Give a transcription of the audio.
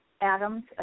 Adams